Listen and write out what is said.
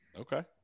Okay